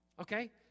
Okay